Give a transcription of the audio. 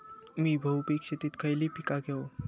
मी बहुपिक शेतीत खयली पीका घेव?